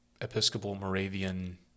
Episcopal-Moravian